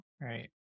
right